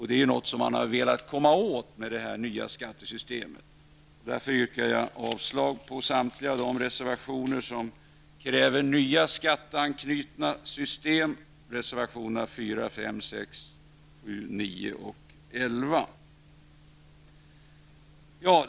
Det är något som man har velat komma åt med det nya skattesystemet. Därför yrkar jag avslag på samtliga de reservationer som kräver nya skatteanknutna system dvs. reservationerna 4, 5, 6, 7, 9 och 11.